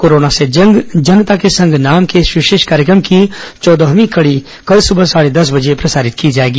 corona से जंग जनता के संग नाम के इस विशेष कार्यक्रम की चौदहवीं कड़ी कल सुबह साढ़े देस बजे से प्रसारित की जाएगी